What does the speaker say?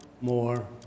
more